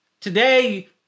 Today